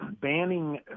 banning